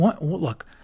Look